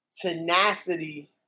tenacity